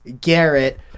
Garrett